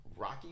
Rocky